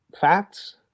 facts